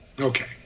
Okay